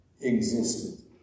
existed